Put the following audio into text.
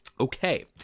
Okay